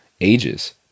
ages